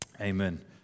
Amen